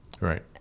right